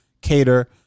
Cater